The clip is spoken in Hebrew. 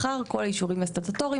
אחרי כל האישורים הסטטוטוריים,